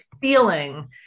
feeling